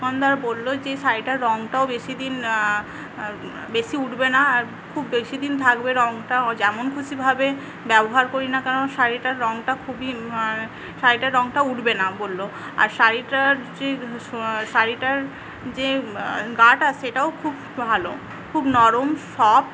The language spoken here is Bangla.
দোকানদার বললো যে শাড়িটার রঙটাও বেশিদিন বেশি উঠবেনা আর খুব বেশি দিন থাকবে রঙটা যেমন খুশিভাবে ব্যবহার করিনা কেন শাড়িটার রঙটা খুবই শাড়িটার রঙটা উঠবেনা বললো আর শাড়িটার যে শাড়িটার যে গাটা সেটাও খুব ভালো খুব নরম সফট